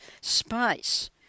space